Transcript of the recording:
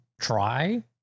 try